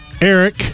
Eric